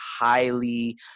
highly